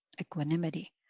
equanimity